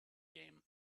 game